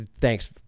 Thanks